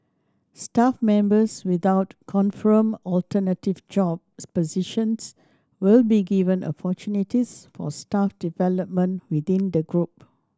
staff members without confirmed alternative jobs positions will be given opportunities for staff development within the group